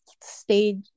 stage